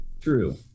true